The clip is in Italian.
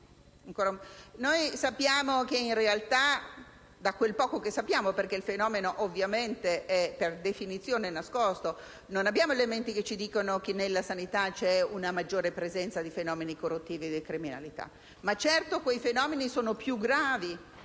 corruttori. Ebbene, in realtà, da quel poco che sappiamo - perché il fenomeno ovviamente è per definizione nascosto - non vi sono elementi che dimostrano che nella sanità vi sia una maggiore presenza di fenomeni corruttivi e di criminalità. Certo, però, quei fenomeni sono più gravi